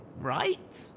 right